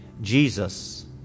Jesus